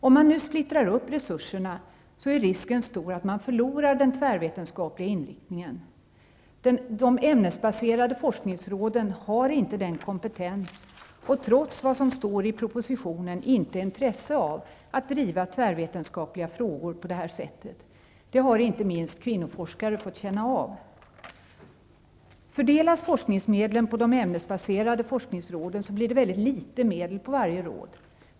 Om man nu splittrar upp resurserna är risken stor att man förlorar den tvärvetenskapliga inriktningen. De ämnesbaserade forskningråden har inte den kompetensen och, trots vad som står i propositionen, inte intresse av att driva tvärvetenskapliga frågor på detta sätt. Det har inte minst kvinnoforskare fått känna av. Fördelas forskningmedlen på de ämnesbaserade forskningsråden blir det litet medel för varje råd.